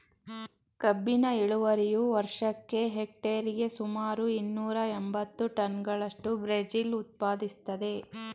ಕಬ್ಬಿನ ಇಳುವರಿಯು ವರ್ಷಕ್ಕೆ ಹೆಕ್ಟೇರಿಗೆ ಸುಮಾರು ಇನ್ನೂರ ಎಂಬತ್ತು ಟನ್ಗಳಷ್ಟು ಬ್ರೆಜಿಲ್ ಉತ್ಪಾದಿಸ್ತದೆ